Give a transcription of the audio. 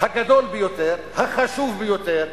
הגדול ביותר, החשוב ביותר,